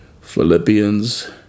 philippians